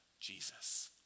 Jesus